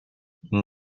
این